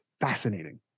fascinating